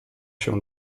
się